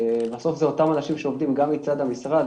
בסוף זה אותם אנשים שעובדים גם מצד המשרד,